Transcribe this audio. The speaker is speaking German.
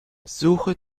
suche